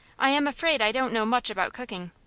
i am afraid i don't know much about cooking.